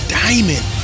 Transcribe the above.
diamond